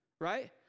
Right